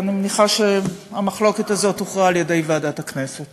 את המחיר שלהם ישלמו, דמם בראשם.